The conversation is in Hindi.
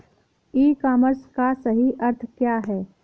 ई कॉमर्स का सही अर्थ क्या है?